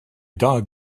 dog